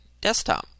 desktop